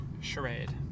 Charade